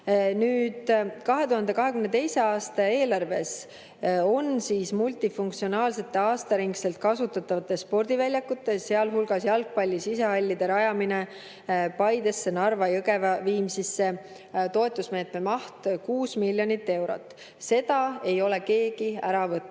Nüüd, 2022. aasta eelarves on multifunktsionaalsete, aastaringselt kasutatavate spordiväljakute, sealhulgas jalgpalli sisehallide rajamine Paidesse, Narva, Jõgevale, Viimsisse, toetusmeetme maht 6 miljonit eurot. Seda ei ole keegi ära võtnud.